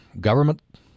government